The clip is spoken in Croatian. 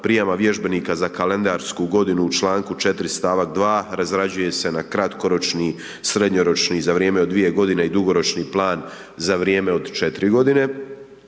prijama vježbenika za kalendarsku godinu u članku 4. stavak 2. razrađuje se na kratkoročni, srednjoročni za vrijeme od dvije godine i dugoročni plan za vrijeme od 4 godine.